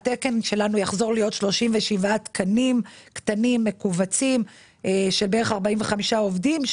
נחזור להיות 37 תקנים קטנים מכווצים של כ-45 עובדים.